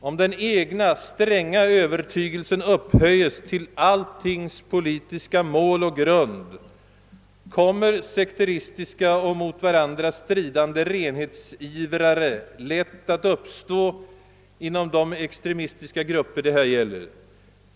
Om den egna stränga övertygelsen upphöjes till alltings politiska mål och grund, kommer sekteristiska och mot varandra stridande renhetsivrare lätt att uppstå inom de extremistiska grupper det här gäller.